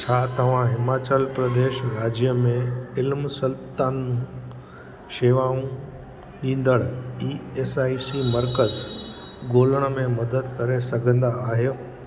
छा तव्हां हिमाचल प्रदेश राज्य में इल्मु सर्तान शेवाऊं ॾींदड़ ई एस आई सी मर्कज ॻोल्हण में मदद करे सघंदा आहियो